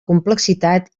complexitat